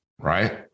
Right